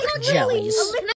jellies